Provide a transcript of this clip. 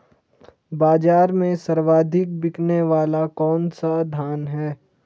बाज़ार में सर्वाधिक बिकने वाला कौनसा धान है?